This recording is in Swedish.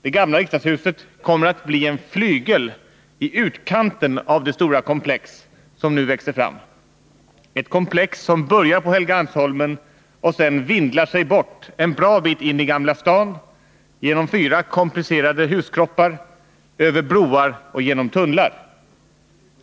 Det gamla riksdagshuset kommer att bli en flygel i utkanten av det stora komplex som nu växer fram — ett komplex som börjar på Helgeandsholmen och sedan vindlar sig bort en bra bit in i Gamla stan, genom fyra komplicerade huskroppar, över broar och genom tunnlar.